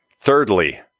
Thirdly